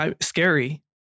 Scary